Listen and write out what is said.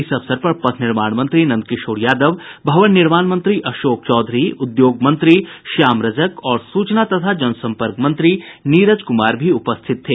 इस अवसर पर पथ निर्माण मंत्री नंद किशोर यादव भवन निर्माण मंत्री अशोक चौधरी उद्योग मंत्री श्याम रजक और सूचना तथा जनसंपर्क मंत्री नीरज कुमार भी उपस्थित थे